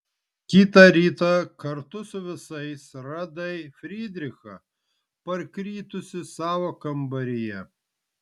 kitą rytą kartu su visais radai frydrichą parkritusį savo kambaryje